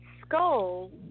skull